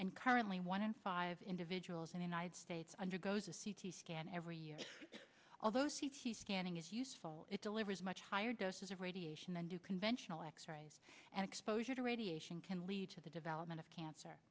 and currently one in five individuals in the united states undergoes a c t scan every year although c t scanning is useful it delivers much higher doses of radiation than do conventional x rays and exposure to radiation can lead to the development of cancer